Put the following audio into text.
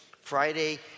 Friday